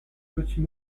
petit